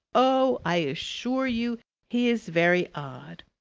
oh, i assure you he is very odd!